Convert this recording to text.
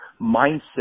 mindset